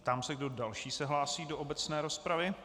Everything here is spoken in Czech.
Ptám se, kdo další se hlásí do obecné rozpravy.